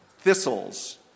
thistles